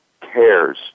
cares